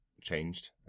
changed